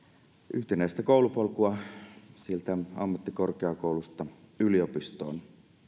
yhtenäistä koulupolkua sieltä ammattikorkeakoulusta yliopistoon